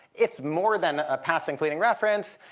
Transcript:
it's more than a passing fleeting reference.